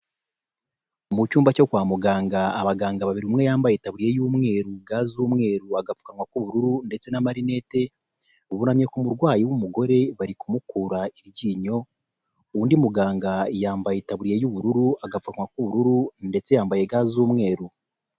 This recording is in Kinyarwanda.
Mu cyumba cyo kwa muganga abaganga babiri umwe yambaye itabuye y'umweru, ga z'umweru, agapfukawa k'ubururu, ndetse n'amarinete bunamye ku murwayi w'umugore bari kumukura iryinyo, undi muganga yambaye itaburiya y'ubururu, agapfukamunwa k'ubururu ndetse yambaye ga z'umweru.